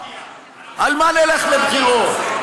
על מה נלך לבחירות,